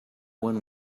one